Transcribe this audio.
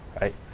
right